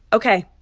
ok.